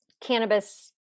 cannabis